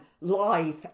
life